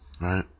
right